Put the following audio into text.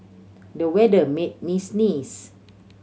the weather made me sneeze